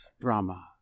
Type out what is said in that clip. Drama